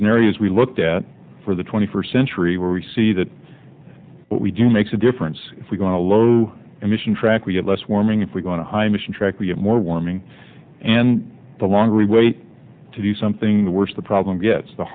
scenarios we looked at for the twenty first century where we see that what we do makes a difference if we're going to low emission track we get less warming if we're going to high mission track we get more warming and the longer we wait to do something the worse the problem gets the